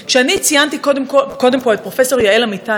כשאני ציינתי פה קודם את פרופ' יעל אמיתי,